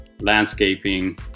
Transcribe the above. landscaping